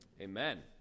Amen